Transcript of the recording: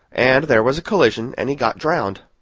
and there was a collision and he got drowned.